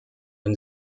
and